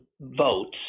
votes